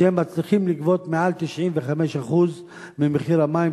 שהם מצליחים לגבות מעל 95% ממחיר המים.